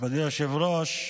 אדוני היושב-ראש,